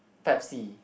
pepsi